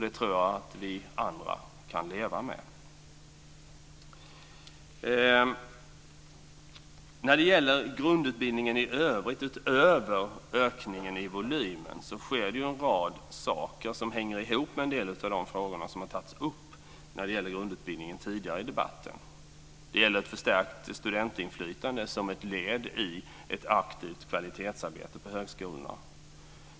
Det tror jag att vi andra kan leva med. När det gäller grundutbildningen i övrigt utöver ökningen i volymen sker en rad saker som hänger ihop med en del av de frågor som har tagits upp tidigare i debatten. Det gäller förstärkt studentinflytande som ett led i ett aktivt kvalitetsarbete på högskolorna.